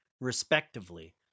respectively